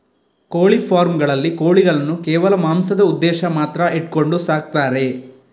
ಕೋಳಿ ಫಾರ್ಮ್ ಗಳಲ್ಲಿ ಕೋಳಿಗಳನ್ನು ಕೇವಲ ಮಾಂಸದ ಉದ್ದೇಶ ಮಾತ್ರ ಇಟ್ಕೊಂಡು ಸಾಕ್ತಾರೆ